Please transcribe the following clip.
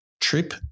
trip